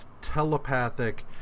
telepathic